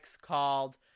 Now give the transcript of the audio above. called